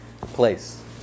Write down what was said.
place